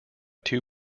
two